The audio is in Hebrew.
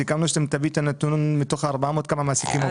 סיכמתם שאתם תביאו את הנתון כמה מתוך ה-400 מעסיקים עובדים.